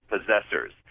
possessors